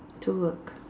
to work